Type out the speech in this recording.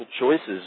choices